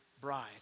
bride